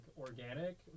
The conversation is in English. Organic